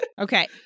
Okay